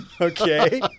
Okay